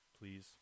please